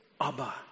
Abba